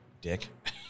Dick